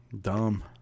dumb